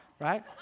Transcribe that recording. right